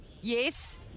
Yes